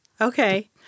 Okay